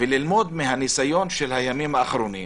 וללמוד מהניסיון של הימים האחרונים: